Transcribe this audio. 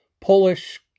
Polish